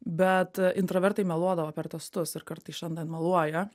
bet intravertai meluodavo per testus ir kartais šiandien meluoja